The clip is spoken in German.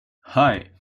hei